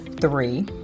three